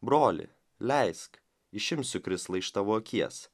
broli leisk išimsiu krislą iš tavo akies